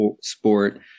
sport